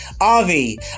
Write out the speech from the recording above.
Avi